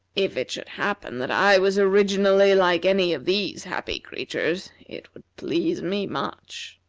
if it should happen that i was originally like any of these happy creatures it would please me much.